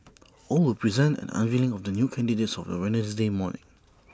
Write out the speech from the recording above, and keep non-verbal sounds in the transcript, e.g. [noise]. [noise] all were present at the unveiling of the new candidates of the Wednesday morning